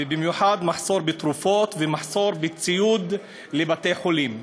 ובמיוחד מחסור בתרופות ומחסור בציוד לבתי-חולים.